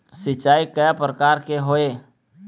सिचाई कय प्रकार के होये?